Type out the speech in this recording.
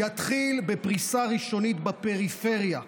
יתחיל בפריסה ראשונית בפריפריה,